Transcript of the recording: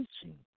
teaching